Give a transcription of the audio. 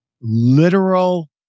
literal